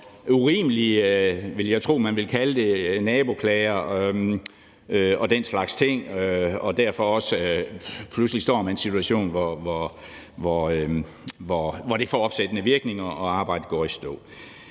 urimelige, vil jeg tro man ville kalde det, naboklager og den slags ting og derfor også pludselig står med en situation, hvor det får opsættende virkning og arbejdet går i stå.